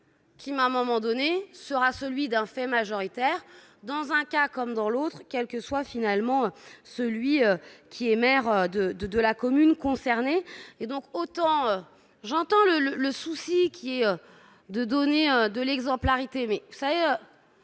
Kim, à un moment donné, sera celui d'un fait majoritaire dans un cas comme dans l'autre, quelle que soit finalement celui qui est maire de de la commune concernée et donc autant j'entends le le souci qui est de donner de l'exemplarité mais vous savez,